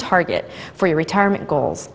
target for your retirement goals